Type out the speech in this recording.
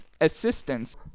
assistance